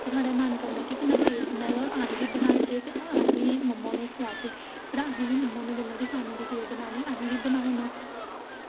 ते साढ़ा मन करदा कि किन्ना टेस्ट बनाए दा ते अस बी बनाचै ते अस मम्मा होरें ई खलाचै ते बल्लें बल्लें असें बी बनाना